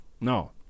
no